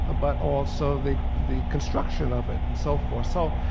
ah but also the the construction of it, and so forth. so